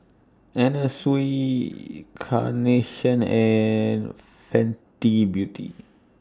Anna Sui Carnation and Fenty Beauty